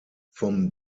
vom